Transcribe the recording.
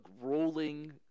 rolling